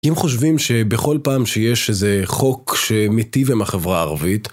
אם חושבים שבכל פעם שיש איזה חוק שמיטיב עם החברה הערבית...